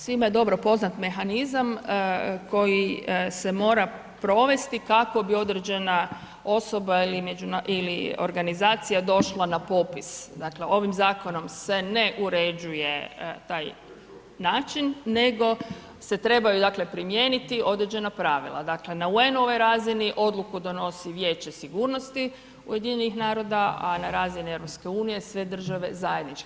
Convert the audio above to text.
Svima je dobro poznat mehanizam koji se mora provesti kako bi određena osoba ili organizacija došla na popis, dakle ovim zakonom se ne urešuje taj način nego se trebaju dakle primijeniti određena pravila, dakle na UN-ovoj razini odluku donosi Vijeće sigurnosti UN-a a na razini EU-a sve države zajednički.